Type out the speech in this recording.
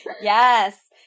Yes